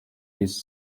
his